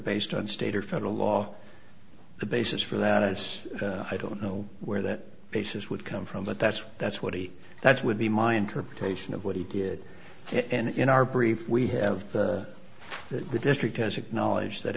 based on state or federal law the basis for that is i don't know where that basis would come from but that's that's what he that's would be my interpretation of what he did and in our brief we have that the district has acknowledged that